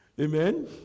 Amen